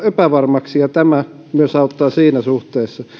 epävarmaksi ja tämä auttaa myös siinä suhteessa